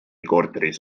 korteris